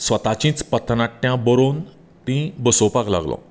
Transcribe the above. स्वताचींच पथनाट्यां बरोवन तीं बसोवपाक लागलो